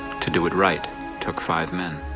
to do it right took five men.